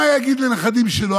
מה יגיד לנכדים שלו,